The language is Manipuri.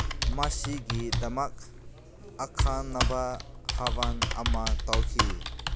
ꯃꯁꯤꯒꯤꯗꯃꯛ ꯑꯈꯟꯅꯕ ꯍꯕꯟ ꯑꯃ ꯇꯧꯈꯤ